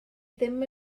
ddim